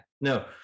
no